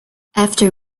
after